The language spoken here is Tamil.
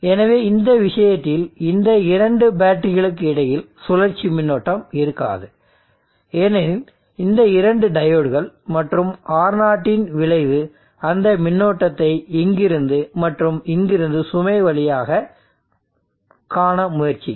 எனவே இந்த விஷயத்தில் இந்த இரண்டு பேட்டரிகளுக்கு இடையில் சுழற்சி மின்னோட்டம் இருக்காது ஏனெனில் இந்த இரண்டு டையோட்கள் மற்றும் R0 இன் விளைவு அந்த மின்னோட்டத்தை இங்கிருந்து மற்றும் இங்கிருந்து சுமை வழியாகக் காண முயற்சிக்கும்